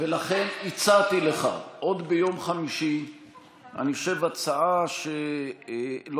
לכן הצעתי לך עוד ביום חמישי הצעה שאני